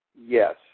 Yes